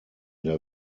der